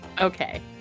Okay